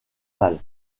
mal